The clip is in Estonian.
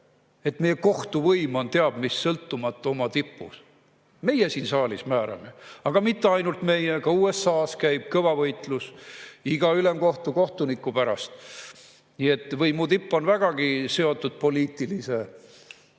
et meie kohtuvõim on teab mis sõltumatu oma tipus. Meie siin saalis määrame. Aga mitte ainult meie. Ka USA-s käib kõva võitlus iga ülemkohtu kohtuniku pärast. Nii et võimu tipp on vägagi seotud poliitilise